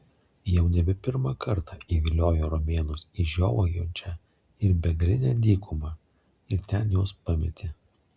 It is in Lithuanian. jau nebe pirmą kartą įviliojo romėnus į žiovaujančią ir begalinę dykumą ir ten juos pametė